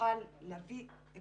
נוכל להביא את